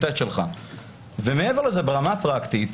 מעבר לזה, ברמה הפרקטית,